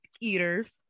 eaters